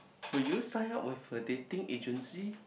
would you sign up with a dating agency